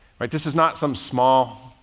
right? this is not some small,